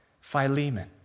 Philemon